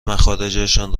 مخارجشان